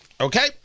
Okay